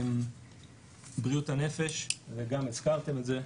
בריאות הנפש, הזכרתם גם את זה,